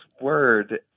word